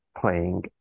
playing